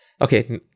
okay